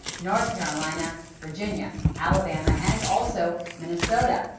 north carolina, virginia, alabama and also minnesota.